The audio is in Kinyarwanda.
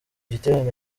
giterane